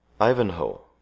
Ivanhoe